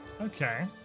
Okay